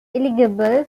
eligible